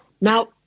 Now